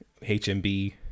HMB